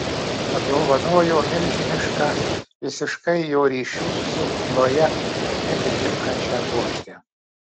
padovanojo milžinišką visiškai jo ryšių su chloje neatitinkančią puokštę